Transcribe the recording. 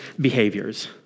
behaviors